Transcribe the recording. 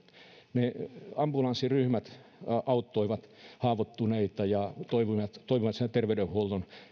ne ambulanssiryhmät auttoivat haavoittuneita ja toimivat siinä terveydenhuollon